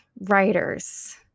writers